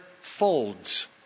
folds